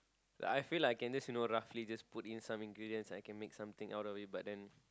I feel like I can just you know roughly just put in some ingredients I can make something out of it but then